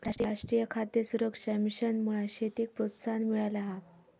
राष्ट्रीय खाद्य सुरक्षा मिशनमुळा शेतीक प्रोत्साहन मिळाला हा